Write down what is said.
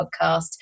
podcast